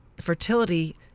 fertility